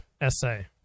essay